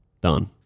Done